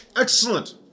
Excellent